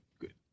good